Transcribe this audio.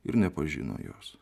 ir nepažino jos